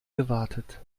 gewartet